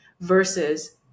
versus